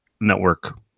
network